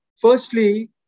Firstly